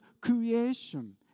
creation